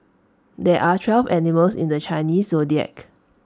there are twelve animals in the Chinese Zodiac